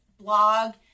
blog